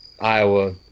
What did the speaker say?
Iowa